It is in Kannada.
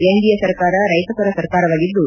ಎನ್ಡಿಎ ಸರ್ಕಾರ ರೈತಪರ ಸರ್ಕಾರವಾಗಿದ್ದು